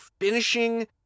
finishing